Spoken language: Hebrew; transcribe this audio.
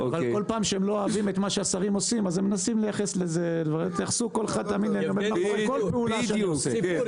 החממות ביישובים הערבה ננטשו קודם לתקופת פורר